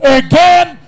again